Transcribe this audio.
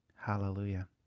Hallelujah